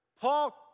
Paul